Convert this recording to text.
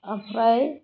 ओमफ्राय